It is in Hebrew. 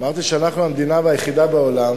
אמרתי שאנחנו המדינה היחידה בעולם